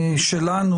שלנו,